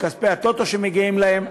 מכספי הטוטו שמגיעים להן.